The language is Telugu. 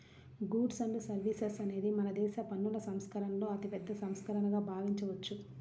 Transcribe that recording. గూడ్స్ అండ్ సర్వీసెస్ అనేది మనదేశ పన్నుల సంస్కరణలలో అతిపెద్ద సంస్కరణగా భావించవచ్చు